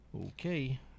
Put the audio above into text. Okay